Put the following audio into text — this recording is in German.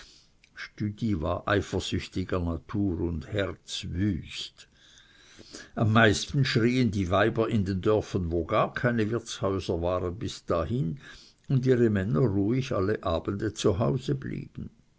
stüdi war eifersüchtiger natur und herzwüst am meisten schrien die weiber in den dörfern wo gar keine wirtshäuser waren bis dahin und ihre männer ruhig alle abende zu hause blieben